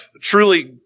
truly